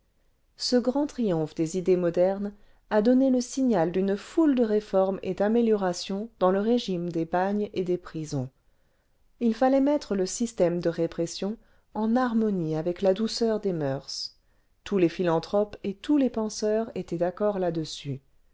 ce grand triomphe des idées modernes a donné le signal d'une foule le vingtième siècle de réformes et d'améliorations dans le régime des bagnes et des prisons p fallait mettre le système de répression en harmonie avec la douceur des moeurs tous les philanthropes et tous les penseurs étaient d'accord làdessus